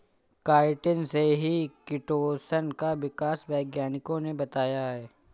chitin से ही chitosan का विकास वैज्ञानिकों ने बताया है